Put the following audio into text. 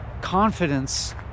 confidence